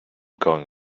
going